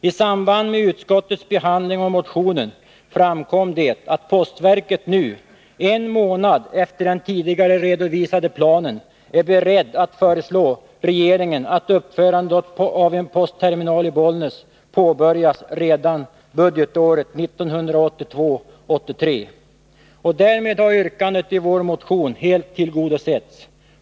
I samband med utskottets behandling av motionen framkom det att postverket nu en månad efter den tidigare redovisade planen är berett att föreslå regeringen att uppförandet av postterminalen i Bollnäs påbörjas redan budgetåret 1982/83. Därmed har yrkandet i vår motion helt tillgodosetts.